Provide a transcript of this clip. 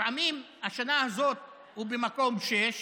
לפעמים השנה הזאת הוא במקום 6,